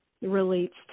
relates